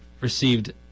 received